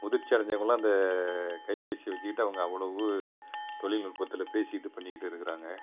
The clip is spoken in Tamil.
முதிர்ச்சி அடைஞ்சவங்கெல்லாம் இந்த கைப்பேசியை வச்சுக்கிட்டு அவங்க அவ்வளவு தொழில்நுட்பத்துல பேசிட்டு இது பண்ணிட்டுருக்கிறாங்க